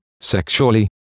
sexually